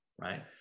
right